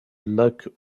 lac